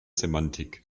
semantik